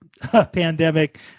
pandemic